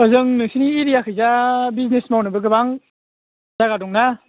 ओजों नोंसिनि एरियाखैजा बिजनेस मावनोबो गोबां जायगा दंना